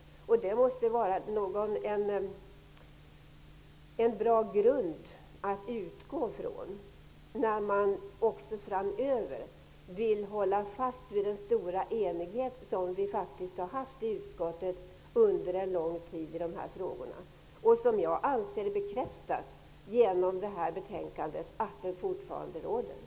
Det måste vara en bra grund att utgå från när man framöver vill hålla fast vid den stora enighet som vi faktiskt har haft i utskottet under en lång tid i dessa frågor. Jag anser att det här betänkandet bekräftar att den enigheten fortfarande råder.